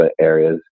areas